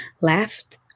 left